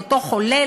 לאותו חולה,